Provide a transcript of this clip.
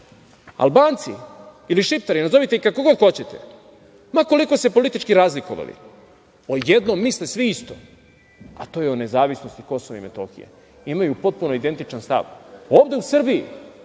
Albanci ili šiptari, nazovite ih kako god hoćete, ma koliko se politički razlikovali, o jednom misle svi isto, a to je o nezavisnosti Kosova i Metohije, imaju potpuno identičan stav. Ovde u Srbiji